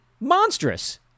Monstrous